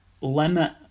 limit